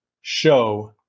show